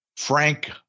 Frank